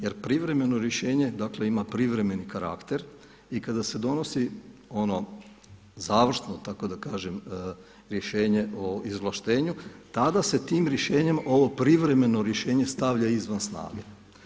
Jer privremeno rješenje, dakle ima privremeni karakter i kada se donosi ono završno, tako da kažem rješenje o izvlaštenju tada se tim rješenjem ovo privremeno rješenje stavlja izvan snage.